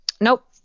nope